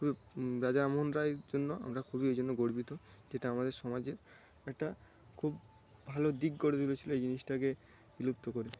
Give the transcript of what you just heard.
রাজা রামমোহন রায়ের জন্য আমরা খুবই ওইজন্য গর্বিত যেটা আমাদের সমাজে একটা খুব ভালো দিক গড়ে তুলেছিল এই জিনিসটাকে বিলুপ্ত করে